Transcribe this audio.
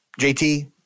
jt